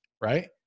right